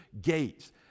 gates